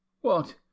What